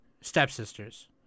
stepsisters